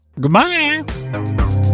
goodbye